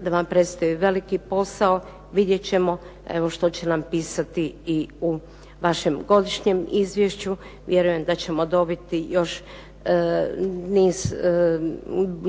da vam predstoji veliki posao. Vidjet ćemo što će pisati i u vašem godišnjem izvješću. Vjerujem da ćemo dobiti niz